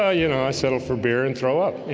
ah you know, i settled for beer and throw up,